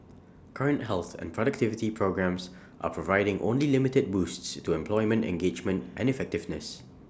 current health and productivity programmes are providing only limited boosts to employment engagement and effectiveness